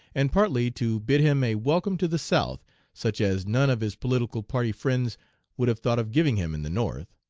and partly to bid him a welcome to the south such as none of his political party friends would have thought of giving him in the north.